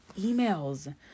emails